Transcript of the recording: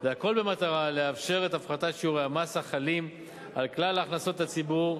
והכול במטרה לאפשר את הפחתת שיעורי המס החלים על כלל הכנסות הציבור,